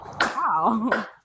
wow